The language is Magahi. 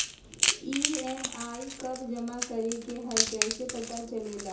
ई.एम.आई कव जमा करेके हई कैसे पता चलेला?